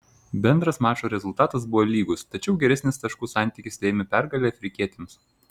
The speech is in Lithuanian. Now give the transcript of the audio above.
bendras mačo rezultatas buvo lygus tačiau geresnis taškų santykis lėmė pergalę afrikietėms